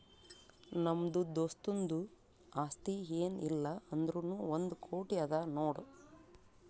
ನಮ್ದು ದೋಸ್ತುಂದು ಆಸ್ತಿ ಏನ್ ಇಲ್ಲ ಅಂದುರ್ನೂ ಒಂದ್ ಕೋಟಿ ಅದಾ ನೋಡ್